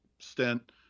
stent